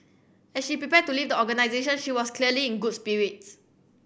as she prepared to leave the organisation she was clearly in good spirits